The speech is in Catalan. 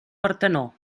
partenó